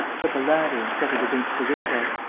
took a ladder and set it against the window.